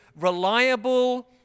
reliable